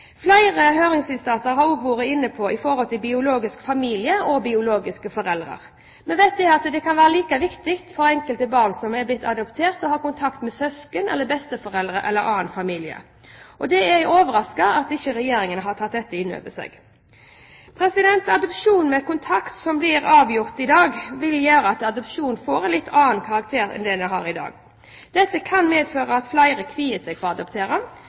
Flere høringsinstanser har også vært inne på forholdet til biologisk familie og biologiske foreldre. Vi vet at for enkelte barn som har blitt adoptert, kan det være like viktig å ha kontakt med søsken, besteforeldre eller annen familie. Det er overraskende at ikke Regjeringen har tatt dette inn over seg. Adopsjon med kontakt, som blir avgjort i dag, vil gjøre at adopsjon får en litt annen karakter enn det har i dag. Dette kan medføre at flere kvier seg for å adoptere,